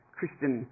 Christian